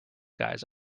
guys